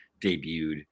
debuted